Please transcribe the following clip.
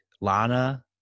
Lana